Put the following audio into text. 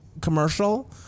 commercial